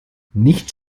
nichts